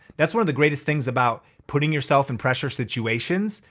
that's one of the greatest things about putting yourself in pressure situations.